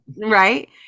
Right